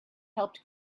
helped